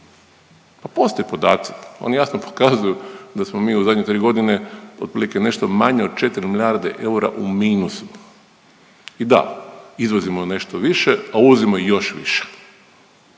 pa postoje podaci oni jasno pokazuju da smo mi u zadnje tri godine otprilike nešto manje od 4 milijarde eura u minusu i da izvozimo nešto više, a uvozimo još više.